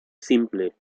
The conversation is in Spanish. simple